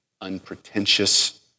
unpretentious